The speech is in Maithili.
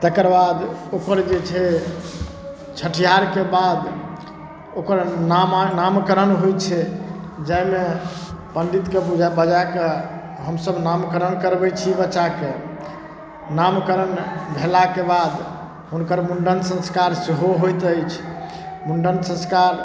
तकर बाद ओकर जे छै छठिहारके बाद ओकर नामा नामकरण होइ छै जाहिमे पण्डितके बुझे बजाकऽ हमसब नामकरण करबै छी बच्चाके नामकरण भेलाके बाद हुनकर मुण्डन संस्कार सेहो होइत अछि मुण्डन संस्कार